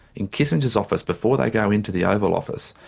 in kissinger's office before they go into the oval office,